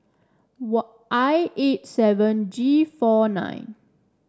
were I eight seven G four nine